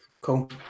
Cool